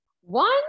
One